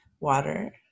water